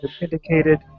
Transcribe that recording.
indicated